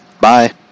Bye